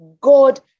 God